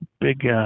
Big